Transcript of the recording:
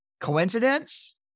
Coincidence